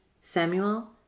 samuel